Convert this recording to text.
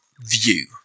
view